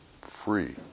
free